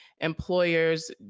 employers